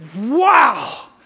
wow